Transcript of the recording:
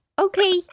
okay